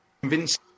convince